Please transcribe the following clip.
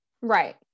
Right